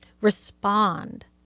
Respond